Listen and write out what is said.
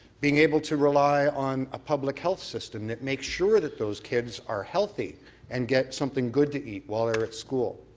being able to rely on a public health system that makes sure that those kids are healthy and get something good to eat while they're at school.